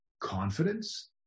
confidence